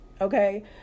Okay